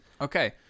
Okay